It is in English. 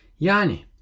yani